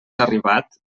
arribat